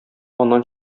аннан